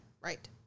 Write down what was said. right